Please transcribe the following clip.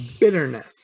bitterness